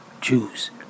Jews